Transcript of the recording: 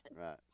right